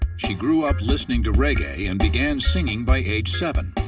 she grew up listening to reggae and began singing by age seven.